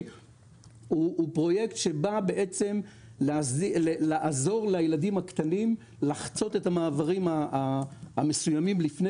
הוא פרויקט שבא לעזור לילדים הקטנים לחצות את המעברים המסוימים לפני